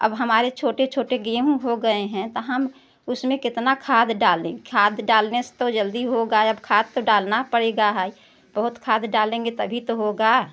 अब हमारे छोटे छोटे गेहूँ हो गए हैं तो हम उसमें कितना खाद डालें खाद डालने से तो जल्दी होगा खाद तो डालना पड़ेगा है बहुत खाद डालेंगे तभी तो होगा